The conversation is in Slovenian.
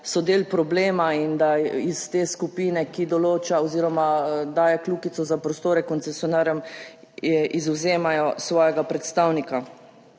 so del problema in da iz te skupine, ki določa oziroma daje kljukico za prostore koncesionarjem, izvzemajo svojega predstavnika.